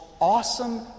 awesome